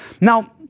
Now